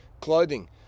Clothing